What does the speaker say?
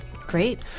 Great